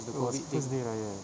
it was first day raya